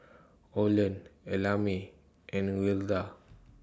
Olen Ellamae and Wilda